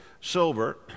silver